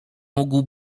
mógł